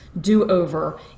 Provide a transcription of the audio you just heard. do-over